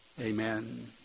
Amen